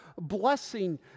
blessing